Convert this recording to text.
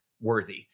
worthy